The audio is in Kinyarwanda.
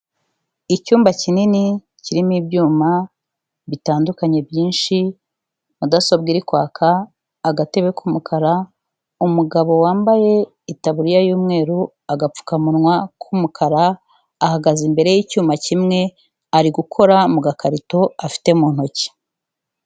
Icyumba kinini kirimo ibyuma bitandukanye byinshi, mudasobwa iri kwaka, agatebe k'umukara, umugabo wambaye itaburiya y'umweru, agapfukamunwa k'umukara, ahagaze imbere y'icyuma kimwe ari gukora mu gakarito afite mu ntoki.